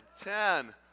ten